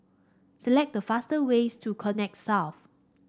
select the fastest ways to Connexis South